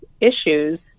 issues